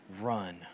run